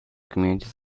communities